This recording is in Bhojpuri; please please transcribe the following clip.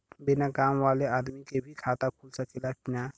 बिना काम वाले आदमी के भी खाता खुल सकेला की ना?